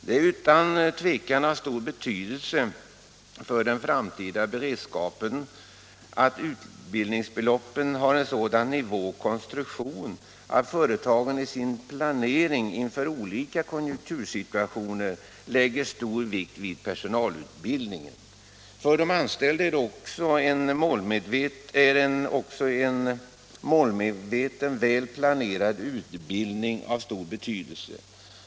Det är utan tvivel av stor betydelse för den framtida beredskapen att utbildningsbeloppen har en sådan nivå och konstruktion att företagen i sin planering inför olika konjunktursituationer lägger stor vikt vid personalutbildningen. För de anställda är också en målmedveten och väl planerad utbildning av stor betydelse.